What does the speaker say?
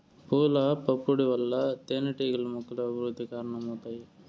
పూల పుప్పొడి వల్ల తేనెటీగలు మొక్కల అభివృద్ధికి కారణమవుతాయి